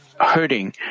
Hurting